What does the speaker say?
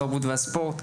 התרבות והספורט.